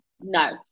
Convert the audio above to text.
No